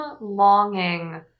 Longing